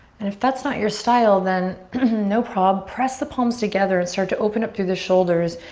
and if that's not your style then no prob. press the palms together and start to open up through the shoulders,